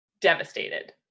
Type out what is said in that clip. Devastated